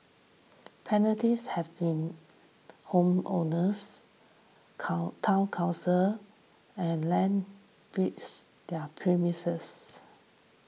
penalties have been homeowners come Town Councils and land breeds their premises